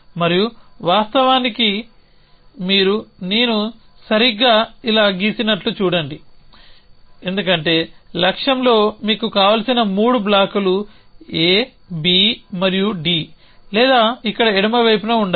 మరియు వాస్తవానికి మీరు నేను సరిగ్గా ఇలా గీసినట్లు చూడండి ఎందుకంటే లక్ష్యంలో మీకు కావలసిన మూడు బ్లాక్లు A B మరియు D లేదా ఇక్కడ ఎడమ వైపున ఉండాలి